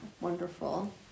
wonderful